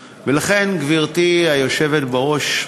ולכן, גברתי היושבת בראש,